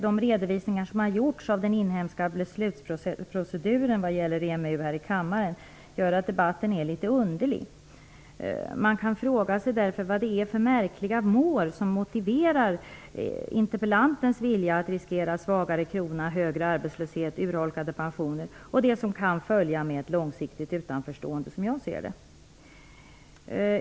De redovisningar som har gjorts här i kammaren om den inhemska beslutsproceduren vad gäller EMU gör att debatten är litet underlig. Man kan fråga sig vad det är för märkliga mål som motiverar interpellantens vilja att riskera svagare krona, högre arbetslöshet, urholkade pensioner och det som kan följa med ett långsiktigt utanförstående, som jag ser det.